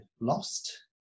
lost